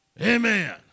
Amen